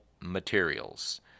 materials